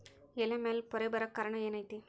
ಎಲೆ ಮ್ಯಾಲ್ ಪೊರೆ ಬರಾಕ್ ಕಾರಣ ಏನು ಐತಿ?